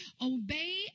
Obey